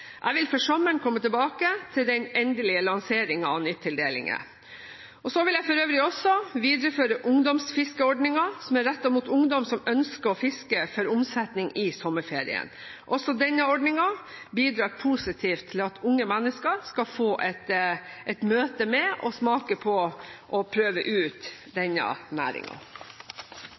Jeg vil før sommeren komme tilbake til den endelige lanseringen av nytildelinger. Jeg vil for øvrig også videreføre ungdomsfiskeordningen, som er rettet mot ungdom som ønsker å fiske for omsetning i sommerferien. Også denne ordningen bidrar positivt til at unge mennesker skal få et møte med, smake på og prøve ut denne